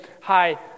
hi